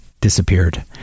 disappeared